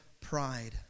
pride